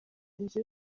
nzu